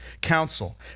Council